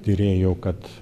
tyrėjų kad